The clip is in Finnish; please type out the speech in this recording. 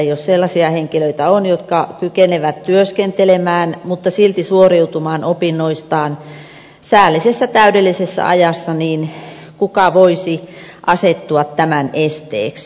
jos sellaisia henkilöitä on jotka kykenevät työskentelemään mutta silti suoriutumaan opinnoistaan säällisessä täydellisessä ajassa niin kuka voisi asettua tämän esteeksi